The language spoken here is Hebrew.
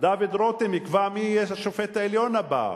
דוד רותם יקבע מי יהיה השופט העליון הבא,